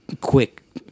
quick